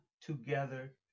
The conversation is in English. together